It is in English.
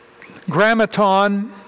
Grammaton